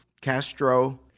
Castro